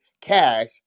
cash